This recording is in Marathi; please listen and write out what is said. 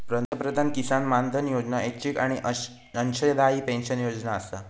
पंतप्रधान किसान मानधन योजना ऐच्छिक आणि अंशदायी पेन्शन योजना आसा